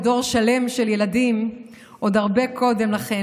לדור שלם של ילדים עוד הרבה קודם לכן,